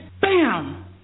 Bam